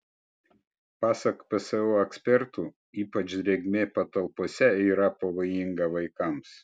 pasak pso ekspertų ypač drėgmė patalpose yra pavojinga vaikams